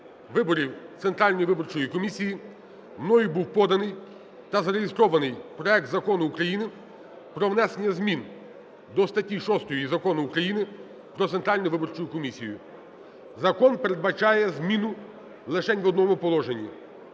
виборів Центральної виборчої комісії, мною був поданий та зареєстрований проект Закону України про внесення змін до статті 6 Закону України "Про Центральну виборчу комісію". Закон передбачає зміну лишень в одному положенні: